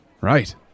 Right